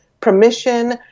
permission